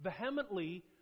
vehemently